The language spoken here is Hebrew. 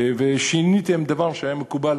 ושיניתם דבר שהיה מקובל